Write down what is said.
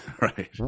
Right